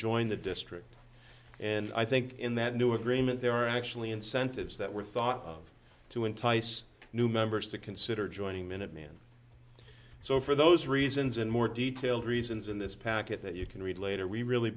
join the district and i think in that new agreement there are actually incentives that were thought to entice new members to consider joining minuteman so for those reasons and more detailed reasons in this package that you can read later we really